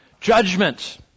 Judgment